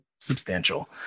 substantial